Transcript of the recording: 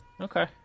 Okay